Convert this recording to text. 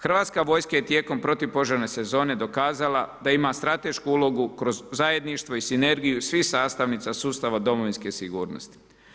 Hrvatska vojska je tijekom protupožarne sezone dokazala da ima stratešku ulogu kroz zajedništvo i sinergiju svih sastavnica sustava Domovinske sigurnosti.